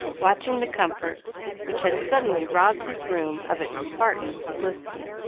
watching the comforts which had suddenly robbed his room of its spartan simplicity.